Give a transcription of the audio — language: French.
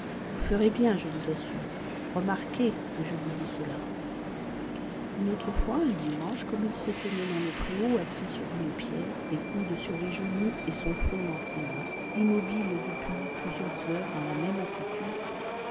vous ferez bien je vous assure remarquez que je vous dis cela une autre fois un dimanche comme il se tenait dans le préau assis sur une pierre les coudes sur les genoux et son front dans ses mains immobile depuis plusieurs heures dans la même attitude